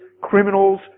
criminals